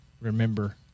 remember